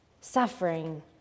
suffering